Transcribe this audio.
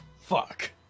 Fuck